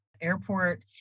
airport